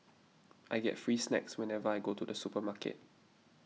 I get free snacks whenever I go to the supermarket